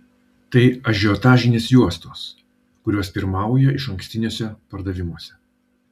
tai ažiotažinės juostos kurios pirmauja išankstiniuose pardavimuose